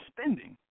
spending